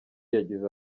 yagize